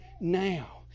now